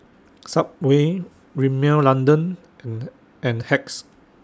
Subway Rimmel London and and Hacks